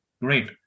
Great